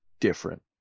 different